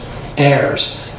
heirs